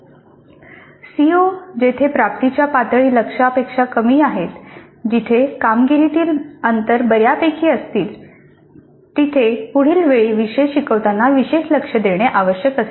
COs जेथे प्राप्तीच्या पातळी लक्ष्य पेक्षा कमी आहेत जिथे कामगिरीतील अंतर बऱ्यापैकी असतील तिथे पुढील वेळी विषय शिकवताना विशेष लक्ष देणे आवश्यक असते